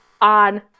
on